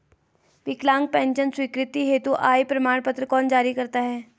विकलांग पेंशन स्वीकृति हेतु आय प्रमाण पत्र कौन जारी करता है?